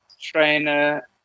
trainer